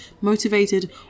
motivated